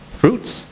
fruits